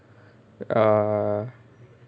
err